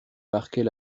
marquait